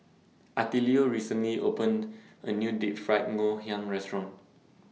Attilio recently opened A New Deep Fried Ngoh Hiang Restaurant